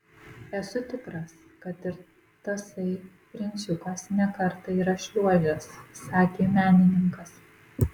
esu tikras kad ir tasai princiukas ne kartą yra šliuožęs sakė menininkas